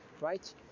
right